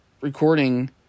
recording